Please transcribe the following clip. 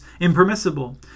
impermissible